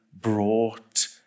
brought